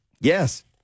Yes